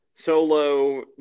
Solo